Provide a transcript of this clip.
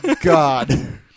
god